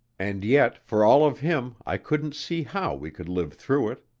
and yet for all of him i couldn't see how we could live through it.